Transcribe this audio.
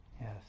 yes